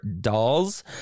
dolls